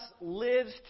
lives